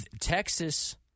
Texas